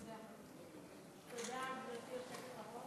תודה, גברתי היושבת-ראש.